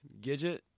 Gidget